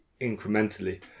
incrementally